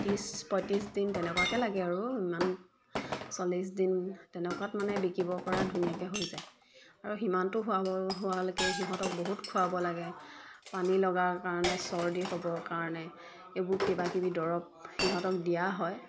ত্ৰিছ পঁয়ত্ৰিছ দিন তেনেকুৱাকৈ লাগে আৰু ইমান চল্লিছ দিন তেনেকুৱাত মানে বিকিব পৰা ধুনীয়াকৈ হৈ যায় আৰু সিমানটো হোৱাব হোৱালৈকে সিহঁতক বহুত খুৱাব লাগে পানী লগাৰ কাৰণে চৰ্দি হ'বৰ কাৰণে এইবোৰ কিবা কিবি দৰৱ সিহঁতক দিয়া হয়